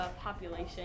population